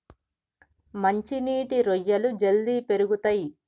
మంచి నీటి రొయ్యలు జల్దీ పెరుగుతయ్